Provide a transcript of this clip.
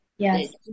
Yes